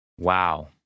Wow